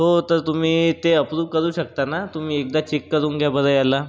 हो तर तुम्ही ते अप्रूव करू शकता ना तुम्ही एकदा चेक करून घ्या बरं ह्याला